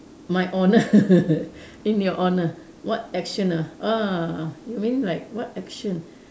my honour in your honour what action ah ah ah you mean like what action